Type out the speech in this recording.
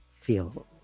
feel